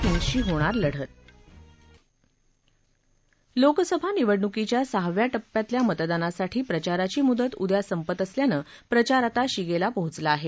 किंग्जशी होणार लढत लोकसभा निवडणुकीच्या सहाव्या टप्प्यातल्या मतदानासाठी प्रचाराची मुदत उद्या संपत असल्यानं प्रचार आता शिगेला पोचला आहे